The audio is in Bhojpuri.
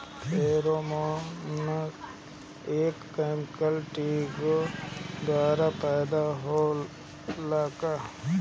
फेरोमोन एक केमिकल किटो द्वारा पैदा होला का?